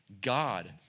God